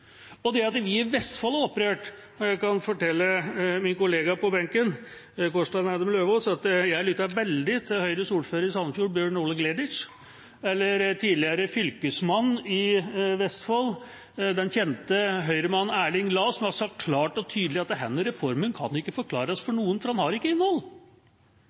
bli slått sammen. Vi i Vestfold er opprørt, og jeg kan fortelle min kollega på benken, Kårstein Eidem Løvaas, at jeg lytter veldig til Høyres ordfører i Sandefjord, Bjørn Ole Gleditsch, eller tidligere fylkesmann i Vestfold, den kjente Høyre-mannen Erling Lae, som har sagt klart og tydelig at denne reformen ikke kan forklares for noen, for den har ikke noe innhold.